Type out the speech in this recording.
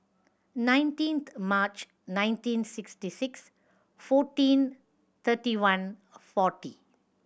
nineteenth March nineteen sixty six fourteen thirty one forty